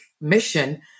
mission